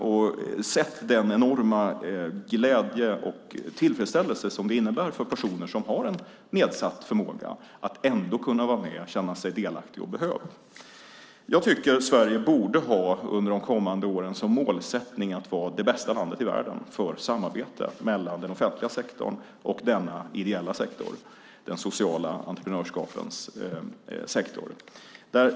Jag har sett den enorma glädje och tillfredsställelse som det innebär för personer som har en nedsatt förmåga att ändå kunna vara med och känna sig delaktiga och behövda. Jag tycker att Sverige under de kommande åren borde ha som målsättning att vara det bästa landet i världen för samarbete mellan den offentliga sektorn och denna ideella sektor, det sociala entreprenörskapets sektor.